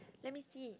let me see